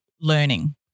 learning